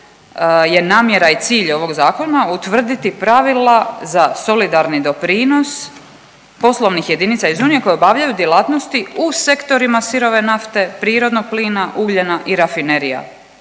je namjera i cilj ovog zakona utvrditi pravila za solidarni doprinos poslovnih jedinica iz unije koje obavljaju djelatnosti u sektorima sirove nafte, prirodnog plina, ugljena i rafinerija